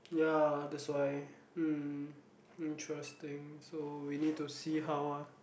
ya that's why mm interesting so we need to see how ah